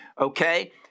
Okay